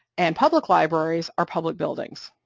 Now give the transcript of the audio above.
and public libraries, are public buildings,